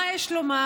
מה יש לומר?